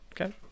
Okay